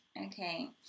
Okay